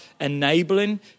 enabling